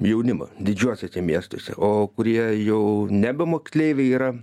į jaunimą didžiuosiuose miestuose o kurie jau nebe moksleiviai yra